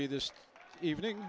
me this evening